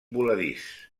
voladís